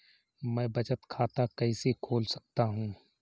मैं बचत खाता कैसे खोल सकता हूँ?